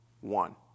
One